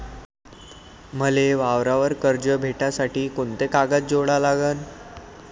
मले वावरावर कर्ज भेटासाठी कोंते कागद जोडा लागन?